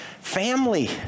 family